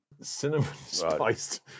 cinnamon-spiced